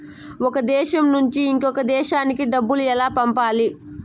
ఒక దేశం నుంచి ఇంకొక దేశానికి డబ్బులు ఎలా పంపాలి?